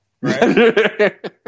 Right